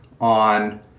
on